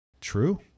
True